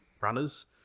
runners